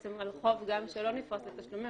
בעצם על חוב שלא נפרס לתשלומים,